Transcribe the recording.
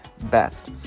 best